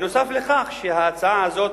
נוסף על כך, ההצעה הזאת